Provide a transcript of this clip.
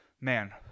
Man